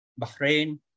Bahrain